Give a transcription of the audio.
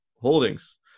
holdings